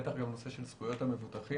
בטח גם נושא של זכויות המבוטחים.